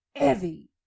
Evie